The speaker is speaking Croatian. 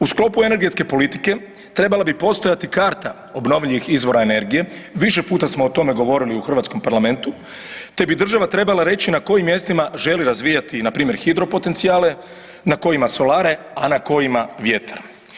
U sklopu energetske politike, trebala bi postojati karta obnovljivih izvora energije, više puta smo o tome govorili u hrvatskom parlamentu te bi država trebala reći na kojim mjestima želi razvijati, npr. hidropotencijale, na kojima solare, a na kojima vjetar.